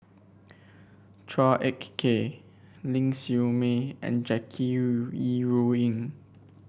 Chua Ek Kay Ling Siew May and Jackie Yi Ru Ying